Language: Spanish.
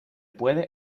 puede